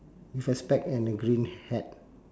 with a spec and a green hat